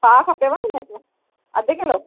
पाउ खपेव न मैदो अधि किलो